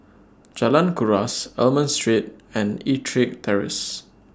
Jalan Kuras Almond Street and Ettrick Terrace